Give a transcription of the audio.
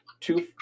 two